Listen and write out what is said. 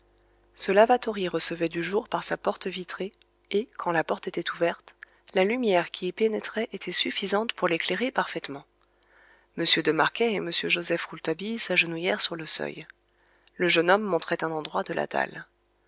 ce lavatory recevait du jour par sa porte vitrée et quand la porte était ouverte la lumière qui y pénétrait était suffisante pour l'éclairer parfaitement m de marquet et m joseph rouletabille s'agenouillèrent sur le seuil le jeune homme montrait un endroit de la dalle